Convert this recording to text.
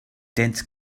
dense